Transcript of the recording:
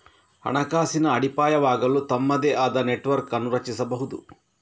ಹಣಕಾಸಿನ ಅಡಿಪಾಯವಾಗಲು ತಮ್ಮದೇ ಆದ ನೆಟ್ವರ್ಕ್ ಅನ್ನು ರಚಿಸಬಹುದು